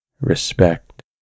respect